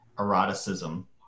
eroticism